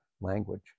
language